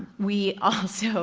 we also